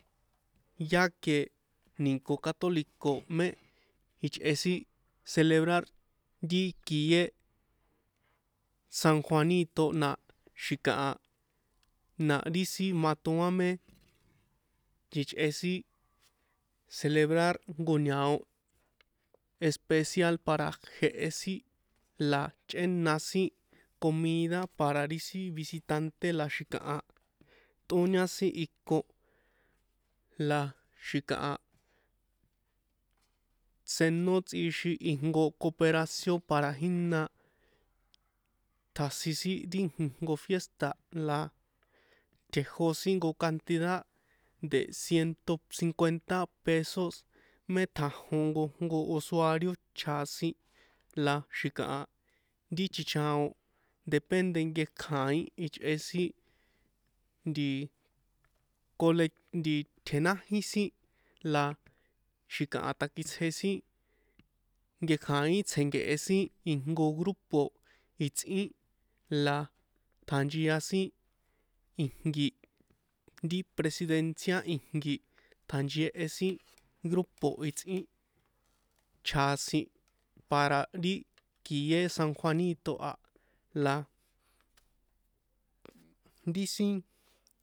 Ya que ni̱nko católico mé ichꞌe sin celebrar ri kié san juanito na xi̱kaha na ri sin matoan mé ichꞌe sin celebrar jnko ñao especial para jehe sin la chꞌéna sin comida para ri sin visitante la xi̱kaha tꞌóña sin iko la xi̱kaha senó tsꞌixin ijnko coperacion para jína tjasin sin ri ijnko fiesta la tjejó sin jnko cantidad de ciento cincuenta pesos mé tjajon jnkojnko usurio chjasin la xi̱kaha ri chcichaon depende nkekjai̱n ichꞌe sin nti colec nti tjenájin sin la xi̱kaha takitsje sin nkekjai̱n tsjénke̱he sin jnko grupo itsꞌín la tjanchia sin ijnki ri presidencia ijnki tjanchehe sin grupo itsꞌín chjasin para ri kié san juanito a la ri sin.